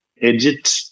edit